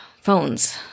Phones